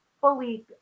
fully